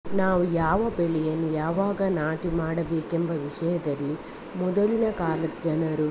ನಾವು ಯಾವ ಬೆಳೆಯನ್ನು ಯಾವಾಗ ನಾಟಿ ಮಾಡಬೇಕೆಂಬ ವಿಷಯದಲ್ಲಿ ಮೊದಲಿನ ಕಾಲದ ಜನರು